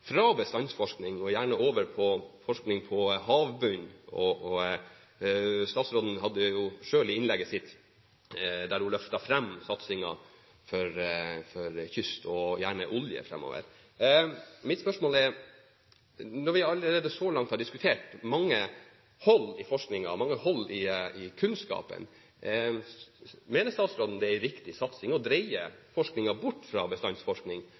fra bestandsforskning og over på forskning på havbunn. Statsråden hadde jo dette selv i innlegget sitt – der hun løftet fram satsingen på kyst, og gjerne på olje, fremover. Når vi allerede så langt har diskutert mange hull i forskningen, mange hull i kunnskapen, så er mitt spørsmål: Mener statsråden det er en viktig satsing å dreie forskningen bort fra bestandsforskning